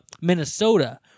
Minnesota